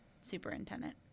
superintendent